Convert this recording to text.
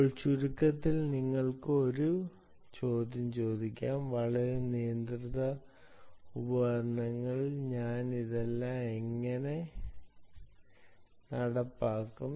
ഇപ്പോൾ ചുരുക്കത്തിൽ നിങ്ങൾക്ക് ഒരു ചോദ്യം ചോദിക്കാം വളരെ നിയന്ത്രിത ഉപകരണങ്ങളിൽ ഞാൻ ഇതെല്ലാം എങ്ങനെ നടപ്പാക്കും